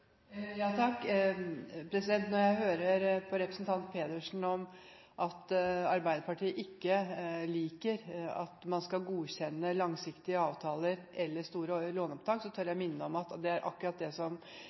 Når jeg hører på representanten Pedersen og at Arbeiderpartiet ikke liker at man skal godkjenne langsiktige avtaler eller store låneopptak, tør